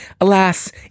Alas